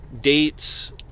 Dates